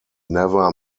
never